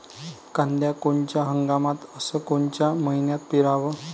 कांद्या कोनच्या हंगामात अस कोनच्या मईन्यात पेरावं?